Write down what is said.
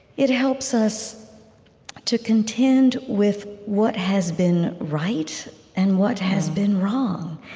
it helps us to contend with what has been right and what has been wrong.